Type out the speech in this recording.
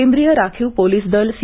केंद्रीय राखीव पोलीस दल सी